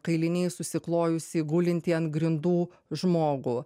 kailiniais užsiklojusi gulintį ant grindų žmogų